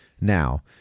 Now